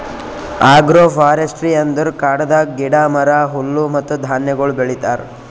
agro forestry ಅಂದುರ್ ಕಾಡದಾಗ್ ಗಿಡ, ಮರ, ಹುಲ್ಲು ಮತ್ತ ಧಾನ್ಯಗೊಳ್ ಬೆಳಿತಾರ್